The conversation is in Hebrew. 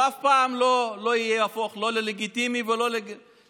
והוא אף פעם לא יהפוך ללגיטימי ולא ללגלי.